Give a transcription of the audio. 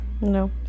No